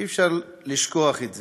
אי-אפשר לשכוח את זה.